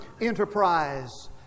enterprise